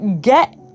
get